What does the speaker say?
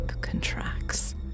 contracts